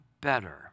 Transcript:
better